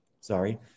sorry